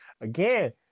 Again